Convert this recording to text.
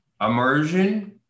immersion